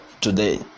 today